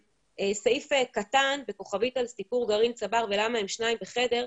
סעיף קטן בכוכבית על סיפור גרעין צבר ולמה הם שניים בחדר,